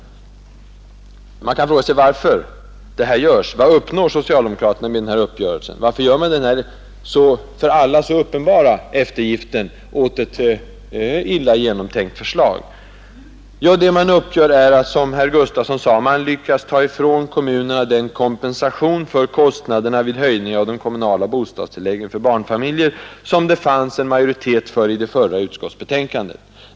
Man frågar sig varför det här sker. Vad uppnår socialdemokraterna med uppgörelsen? Varför gör man den här för alla så uppenbara eftergiften åt ett illa genomtänkt förslag? Jo, det man uppnår är, som herr Gustavsson i Alvesta sade, att man lyckas ta ifrån kommunerna den kompensation för kostnaderna vid en höjning av de kommunala bostadstilläggen för barnfamiljer, som det fanns en majoritet för i det förra utskottsbetänkandet.